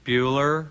Bueller